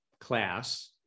class